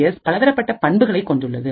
S பலதரப்பட்ட பண்புகளை கொண்டுள்ளது